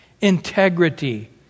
integrity